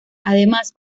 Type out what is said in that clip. además